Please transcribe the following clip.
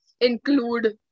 include